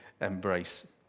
embrace